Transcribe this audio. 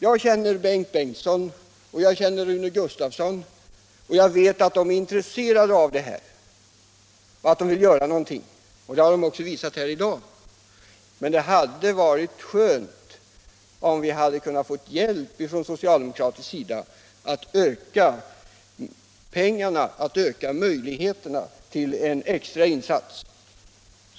Jag känner Bengt Bengtsson och Rune Gustavsson och jag vet att de är intresserade av de här problemen och vill göra någonting. Det har de också visat här i dag, men det hade varit skönt om vi på socialdemokratisk sida hade kunnat få hjälp att öka möjligheterna till en extra insats.